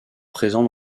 présents